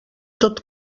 tot